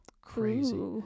Crazy